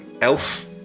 elf